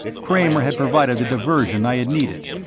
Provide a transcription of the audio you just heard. kramer had provided the diversion i had needed.